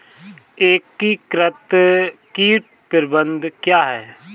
एकीकृत कीट प्रबंधन क्या है?